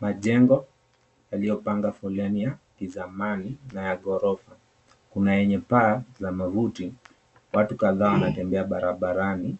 Majengo yaliyopanga foleni ya kizamani na ya ghorofa kuna yenye paa za makuti, watu kadhaa wanatembea barabarani